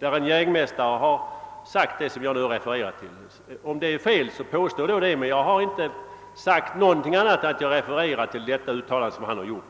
att en jägmästare anfört vid Svenska jägareförbundets stämma. Om det referatet var felaktigt, så säg då det.